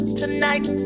tonight